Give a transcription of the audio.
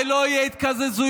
ולא יהיו התקזזויות.